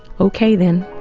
okay then,